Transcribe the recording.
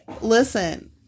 listen